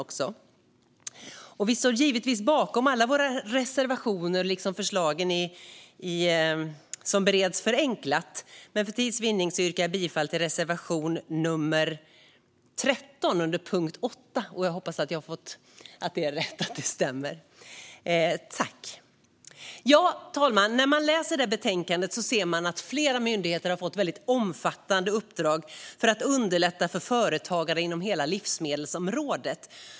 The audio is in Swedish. Jag står givetvis bakom alla våra reservationer och de förslag som beretts förenklat, men för tids vinning yrkar jag bifall bara till reservation nummer 13 under punkt 8. Herr talman! I betänkandet ser man att flera myndigheter har fått omfattande uppdrag för att underlätta för företagare inom hela livsmedelsområdet.